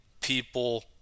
people